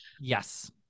Yes